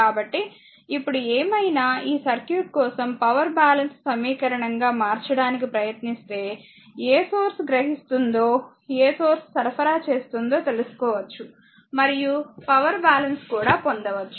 కాబట్టిఇప్పుడు ఏమైనా ఈ సర్క్యూట్ కోసంపవర్ బ్యాలెన్స్ సమీకరణంగా మార్చడానికి ప్రయత్నిస్తే ఏ సోర్స్ గ్రహిస్తుందో ఏ సోర్స్ సరఫరా చేస్తుందో తెలుసుకోవచ్చు మరియు పవర్ బ్యాలెన్స్ కూడా పొందవచ్చు